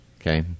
Okay